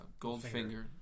Goldfinger